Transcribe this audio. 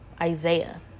isaiah